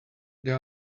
they